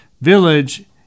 village